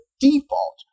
default